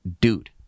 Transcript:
Dude